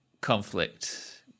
conflict